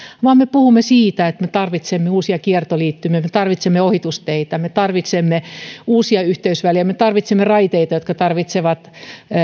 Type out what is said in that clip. vaan me puhumme siitä että me tarvitsemme uusia kiertoliittymiä me tarvitsemme ohitusteitä me tarvitsemme uusia yhteysvälejä me tarvitsemme raiteita jotka tarvitsevat